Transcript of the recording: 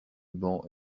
bancs